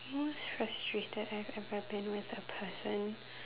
most frustrated I've ever been with a person